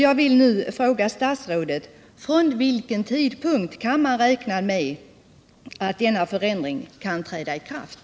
Jag vill nu fråga statsrådet: Från vilken tidpunkt kan man räkna med att denna förändring träder i kraft?